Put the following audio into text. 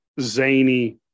zany